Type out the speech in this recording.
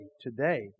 today